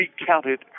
recounted